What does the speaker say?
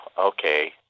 okay